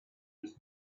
was